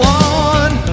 one